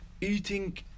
Eating